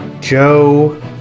Joe